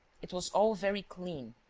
it was all very clean,